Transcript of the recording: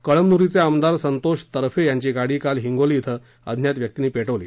कळमनुरीचे आमदार संतोष तरफे यांची गाडी काल हिंगोली धिं अज्ञात व्यक्तींनी पेटवली